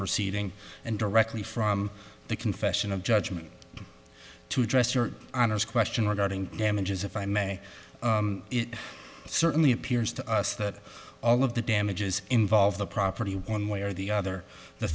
proceeding and directly from the confession of judgment to address your honor's question regarding damages if i may it certainly appears to us that all of the damages involve the property one way or the other the